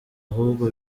ahubwo